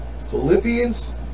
Philippians